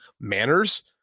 manners